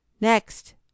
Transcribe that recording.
Next